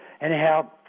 Anyhow